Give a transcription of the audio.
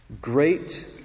Great